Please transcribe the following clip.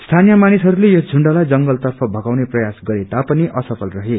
स्थानीय ामानिसहरूले यस झुण्डलाई जंगल तर्फ भगाउने प्रयास गरे तर असफल रहे